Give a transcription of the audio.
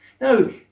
No